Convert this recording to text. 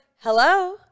hello